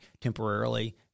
temporarily